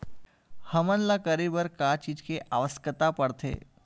हमन ला करे बर का चीज के आवश्कता परथे?